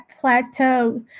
plateau